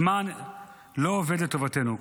הזמן לא עובד לטובתנו.